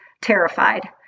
terrified